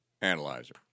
analyzer